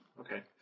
Okay